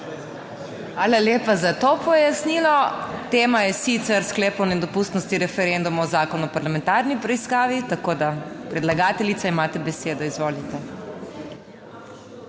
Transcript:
Hvala lepa za to pojasnilo. Tema je sicer Sklep o nedopustnosti referenduma o Zakonu o parlamentarni preiskavi, tako da predlagateljica imate besedo. Izvolite.